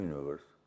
Universe